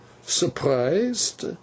surprised